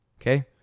Okay